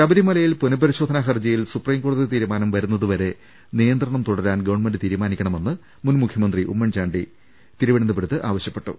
ശബരിമലയിൽ പുനപരിശോധന ഹർജിയിൽ സൂപ്രീം കോടതി തീരുമാനം വരുന്നതുവരെ നിയന്ത്രണം തുടരാൻ ഗവൺമെന്റ് തീരു മാനിക്കണമെന്ന് മുൻമുഖ്യമന്ത്രി ഉമ്മൻചാണ്ടി തിരുവനന്തപുരത്ത് ആവശ്യപ്പെട്ടു